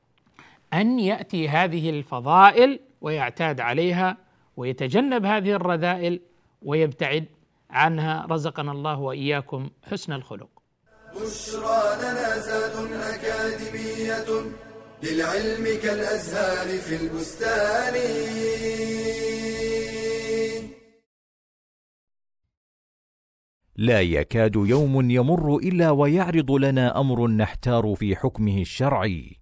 أن يأتي هذه الفضائل ويعتاد عليها ويتجنب هذه الرذائل ويبتعد عنها. رزقنا الله وإياكم حسن الخلق. بشرى لنا ذات أكاديمية للعلم كالأزهار في البستان. لا يكاد يوم يمر إلا ويعرض لنا أمر نحتار في حكمه الشرعي.